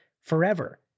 forever